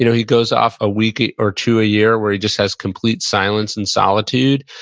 you know he goes off a week or two a year, where he just has complete silence and solitude,